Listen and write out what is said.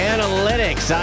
Analytics